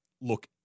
look